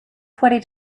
twenty